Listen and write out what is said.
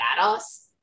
badass